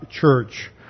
church